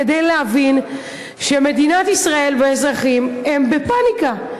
כדי להבין שמדינת ישראל והאזרחים הם בפניקה,